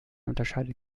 unterscheidet